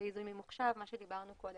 מה שדיברנו קודם.